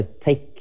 take